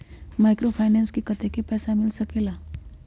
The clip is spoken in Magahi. माइक्रोफाइनेंस से कतेक पैसा मिल सकले ला?